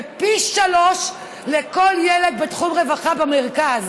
פי שלושה לכל ילד בתחום הרווחה במרכז.